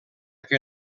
que